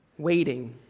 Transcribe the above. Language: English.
Waiting